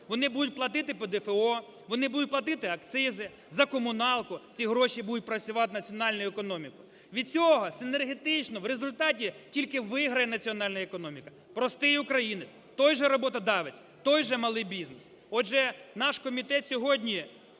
Вони будуть платити ПДФО, вони будуть платити акцизи, за комуналку. Ті гроші будуть працювати на національну економіку. Від цього синергетично в результаті тільки виграє національна економіка, простий українець, той же роботодавець, той же малий бізнес. Отже, наш комітет сьогодні